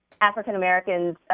African-Americans